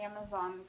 Amazon